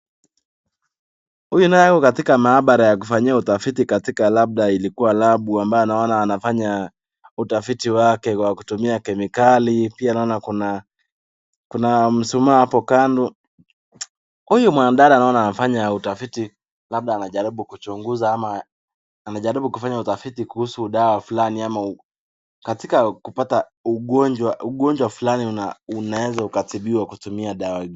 Huyu nayo katika mahabara ya kufanyia utafiti katika labda ilikuwa labu ambayo naona anafanya utafiti wake wa kutumia kemikali pia naona kuna, kuna msumaa hapo kando, huyu mwanadada naona anafanya utafiti labda anajaribu kuchunguza ama amejaribu kufanya utafiti kuhusu dawa fulani ama katika kupata ugonjwa, ugonjwa fulani unaweza kutibiwa katika dawa ...